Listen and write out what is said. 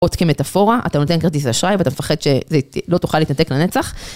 עוד כמטפורה, אתה נותן כרטיס אשראי ואתה מפחד שזה לא תוכל להתנתק לנצח.